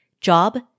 job